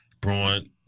Braun